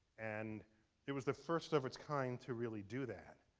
and it was the first of its kind to really do that.